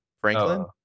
Franklin